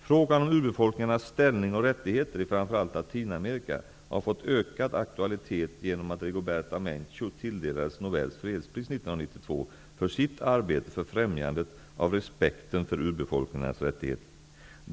Frågan om urbefolkningarns ställning och rättigheter, i framför allt Latinamerika, har fått ökad aktualitet genom att Rigoberta Menchú tilldelades Nobels fredspris 1992 för sitt arbete för främjandet av respekten för urbefolkningarnas rättigheter.